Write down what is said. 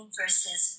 verses